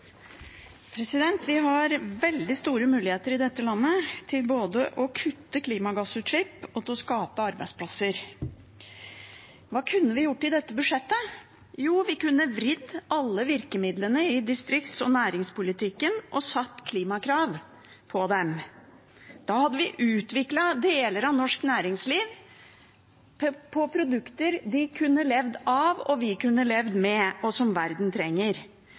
Vi har veldig store muligheter i dette landet til både å kutte klimagassutslipp og å skape arbeidsplasser. Hva kunne vi gjort i dette budsjettet? Jo, vi kunne vridd alle virkemidlene i distrikts- og næringspolitikken og satt klimakrav på dem. Da hadde vi utviklet deler av norsk næringsliv med produkter de kunne levd av og vi kunne levd med, og som verden trenger.